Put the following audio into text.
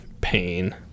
pain